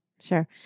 sure